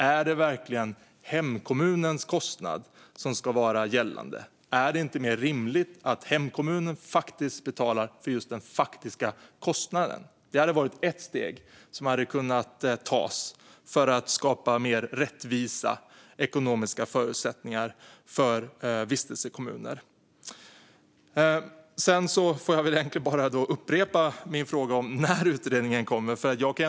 Är det verkligen hemkommunens kostnad som ska vara gällande? Är det inte mer rimligt att hemkommunen betalar för den faktiska kostnaden? Det hade varit ett steg som hade kunnat tas för att skapa mer rättvisa ekonomiska förutsättningar för vistelsekommuner. Sedan får jag väl upprepa min fråga om när utredningen kommer.